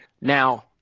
Now